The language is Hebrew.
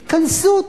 התכנסות.